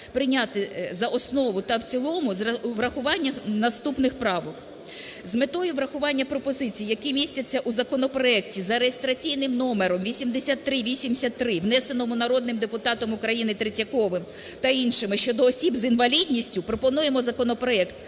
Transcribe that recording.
прийняти за основу та в цілому з врахуванням наступних правок. З метою врахування пропозицій, які містяться у законопроекті за реєстраційним номером 8383, внесеного народним депутатом України Третьяковим та іншими, щодо осіб з інвалідністю пропонуємо законопроект